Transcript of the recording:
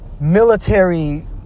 military